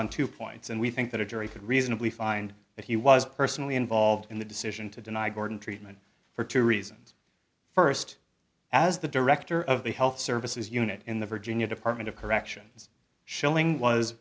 two points and we think that a jury could reasonably find that he was personally involved in the decision to deny gordon treatment for two reasons first as the director of the health services unit in the virginia department of corrections shilling was